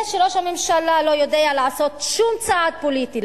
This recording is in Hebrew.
זה שראש הממשלה לא יודע לעשות שום צעד פוליטי,